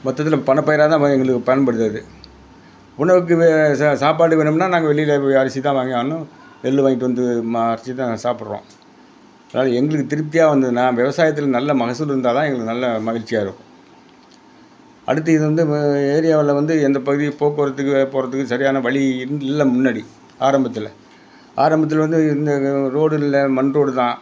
மொத்தத்துல பணப்பயிரா தான் எங்களுக்கு பயன்படுது அது உணவுக்கு வே ச சாப்பாட்டுக்கு வேணும்னால் நாங்கள் வெளியில் போய் அரிசி தான் வாங்கியாகணும் நெல் வாங்கிட்டு வந்து ம அரிசி தான் சாப்பிட்றோம் அதனால எங்களுக்கு திருப்தியாக வந்ததுனால் விவசாயத்தில் நல்ல மகசூல் இருந்தால் தான் எங்களுக்கு நல்ல மகிழ்ச்சியா இருக்கும் அடுத்து இது வந்து ஏரியாவில் வந்து எந்த பகுதியும் போக்குவரத்துக்கு போறதுக்கு சரியான வழி இ இல்லை முன்னாடி ஆரம்பத்தில் ஆரம்பத்தில் வந்து இந்த இ ரோடு இல்லை மண் ரோடு தான்